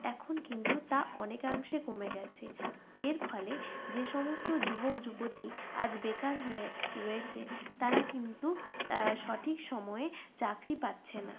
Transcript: এখন কিন্তু তা অনেকাংশে কমে গেছে এর ফলে যে সমস্ত যুবক যুবতী আজ বেকার হয়ে রয়েছে তারা কিন্তু সঠিক সময়ে চাকরি পাচ্ছে না